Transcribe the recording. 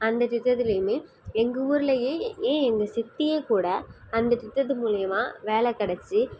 அந்த திட்டத்திலையுமே எங்கள் ஊரிலையே ஏன் எங்கள் சித்தியே கூட அந்த திட்டத்து மூலயமா வேலை கெடச்சு